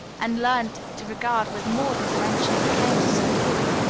and learned to regard with more than friendship, came to st. louis.